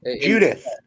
Judith